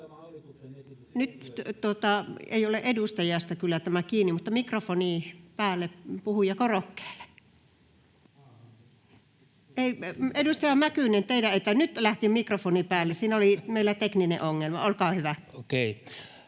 kyllä ole edustajasta tämä kiinni, mutta mikrofoni päälle puhujakorokkeelle. — Edustaja Mäkynen, teidän ei tarvitse. — Nyt lähti mikrofoni päälle. Siinä oli meillä tekninen ongelma. — Olkaa hyvä.